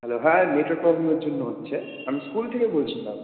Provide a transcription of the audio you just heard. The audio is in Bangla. হ্যালো হ্যাঁ নেটের প্রবলেমের জন্য হচ্ছে আমি স্কুল থেকে বলছিলাম